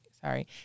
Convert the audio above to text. sorry